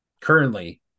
currently